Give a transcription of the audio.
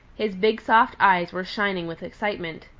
his big soft eyes were shining with excitement.